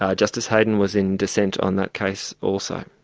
ah justice heydon was in dissent on that case also.